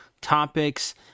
topics